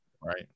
right